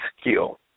skill